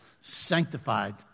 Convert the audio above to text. sanctified